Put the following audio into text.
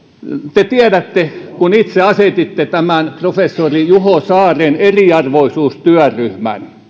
te tiedätte kun itse asetitte tämän professori juho saaren eriarvoisuustyöryhmän että